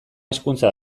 hizkuntza